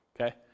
okay